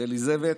אליזבת